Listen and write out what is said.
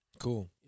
Cool